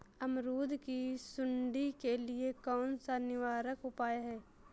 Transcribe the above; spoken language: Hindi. अमरूद की सुंडी के लिए कौन सा निवारक उपाय है?